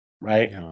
right